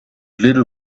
little